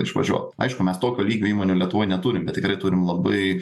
išvažiuot aišku mes tokio lygio įmonių lietuvoj neturim bet tikrai turim labai